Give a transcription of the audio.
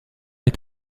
est